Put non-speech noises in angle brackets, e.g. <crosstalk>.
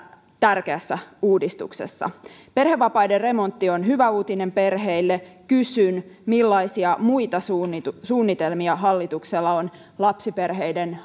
tärkeässä uudistuksessa perhevapaiden remontti on hyvä uutinen perheille kysyn millaisia muita suunnitelmia hallituksella on lapsiperheiden <unintelligible>